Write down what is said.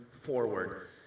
forward